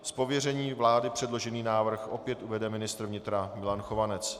Z pověření vlády předložený návrh opět uvede ministr vnitra Milan Chovanec.